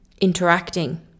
interacting